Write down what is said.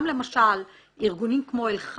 גם אבו מאזן הוא אזרח